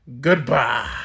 goodbye